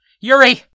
Yuri